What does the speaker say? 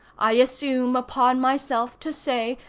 i assume upon myself to say,